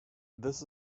this